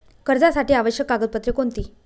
कर्जासाठी आवश्यक कागदपत्रे कोणती?